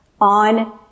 on